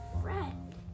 friend